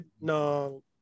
no